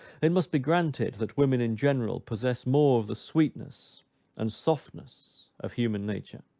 it must be granted, that women in general possess more of the sweetness and softness of human nature,